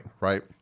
right